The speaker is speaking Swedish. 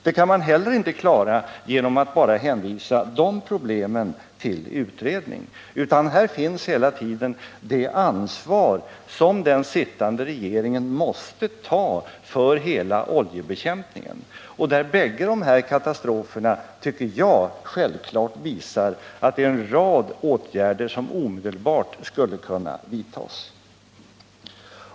Det kan man heller inte klara genom att bara hänvisa problemen till utredning, utan här finns hela tiden det ansvar som den sittande regeringen måste ta för hela oljebekämpningen. Bägge de här katastroferna visar klart, tycker jag, att en rad åtgärder omedelbart skulle kunna vidtas.